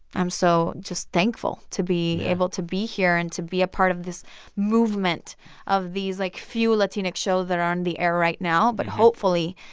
i'm so just thankful to be able to be here and to be a part of this movement of these, like, few latinx shows that are on the air right now. but hopefully,